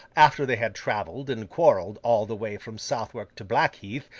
after they had travelled and quarrelled all the way from southwark to blackheath,